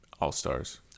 All-Stars